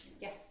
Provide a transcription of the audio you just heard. Yes